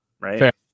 right